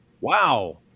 Wow